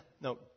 no